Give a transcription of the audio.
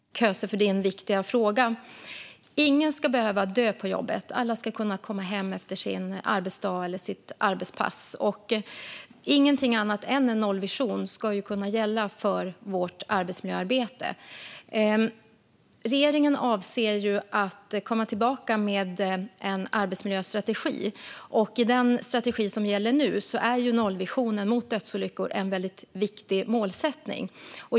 Herr talman! Tack, Serkan Köse, för din viktiga fråga! Ingen ska behöva dö på jobbet. Alla ska kunna komma hem efter sin arbetsdag eller sitt arbetspass. Ingenting annat än en nollvision ska kunna gälla för vårt arbetsmiljöarbete. Regeringen avser att komma tillbaka med en arbetsmiljöstrategi. I den strategi som gäller nu är nollvisionen för dödsolyckor en väldigt viktig målsättning.